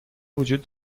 وجود